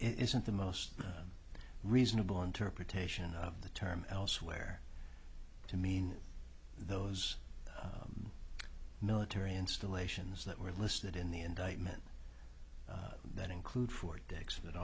isn't the most reasonable interpretation of the term elsewhere to mean those military installations that were listed in the indictment that include fort dix that